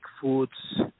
foods